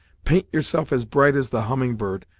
paint yourself as bright as the humming bird,